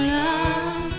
love